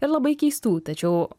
ir labai keistų tačiau